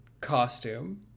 costume